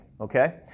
Okay